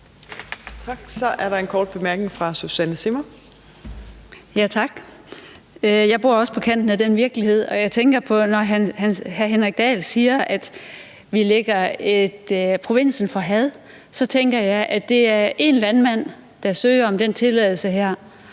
Jeg bor også på kanten af den virkelighed, og når hr. Henrik Dahl siger, at vi lægger provinsen for had, så tænker jeg, at det er én landmand, der søger om den tilladelse her,